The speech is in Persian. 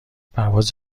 پرواز